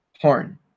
horn